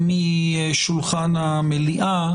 משולחן המליאה,